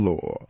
Law